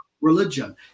religion